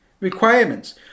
requirements